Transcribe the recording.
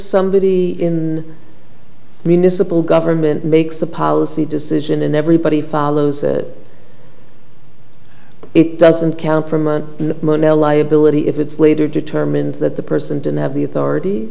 somebody in municipal government makes the policy decision and everybody follows that it doesn't count from a money liability if it's later determined that the person didn't have the authority